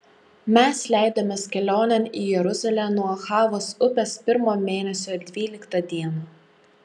mes leidomės kelionėn į jeruzalę nuo ahavos upės pirmo mėnesio dvyliktą dieną